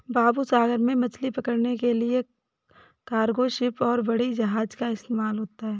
बाबू सागर में मछली पकड़ने के लिए कार्गो शिप और बड़ी जहाज़ का इस्तेमाल होता है